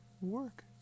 work